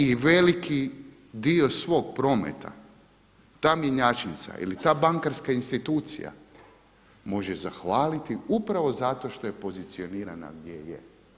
I veliki dio svog prometa, ta mjenjačnica ili ta bankarska institucija može zahvaliti upravo zato što je pozicionirana gdje je.